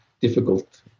difficult